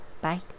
Bye